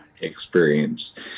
experience